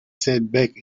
setback